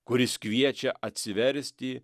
kuris kviečia atsiversti